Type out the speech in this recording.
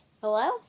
Hello